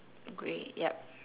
grey yup